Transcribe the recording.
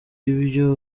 ibyo